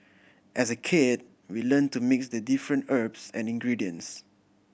as a kid we learnt to mix the different herbs and ingredients